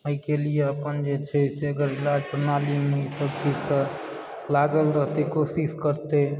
ओहिके लिए अपन जे छै से अगर इलाज प्रणालीमे ईसभ चीजसँ लागल रहतय कोशिश करतय